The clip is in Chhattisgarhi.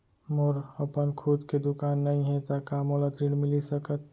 मोर अपन खुद के दुकान नई हे त का मोला ऋण मिलिस सकत?